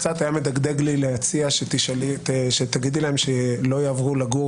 קצת היה מדגדג לי להציע שתגידי להם שלא יעברו לגור